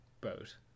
boat